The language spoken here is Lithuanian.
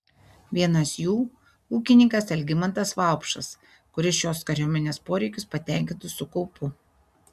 vienas jų ūkininkas algimantas vaupšas kuris šiuos kariuomenės poreikius patenkintų su kaupu